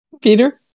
Peter